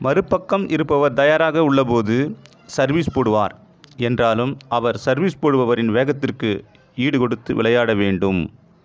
மறுபக்கம் இருப்பவர் தயாராக உள்ளபோது சர்வீஸ் போடுவார் என்றாலும் அவர் சர்வீஸ் போடுபவரின் வேகத்திற்கு ஈடுகொடுத்து விளையாட வேண்டும்